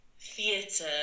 theatre